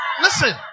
listen